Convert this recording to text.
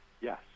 Yes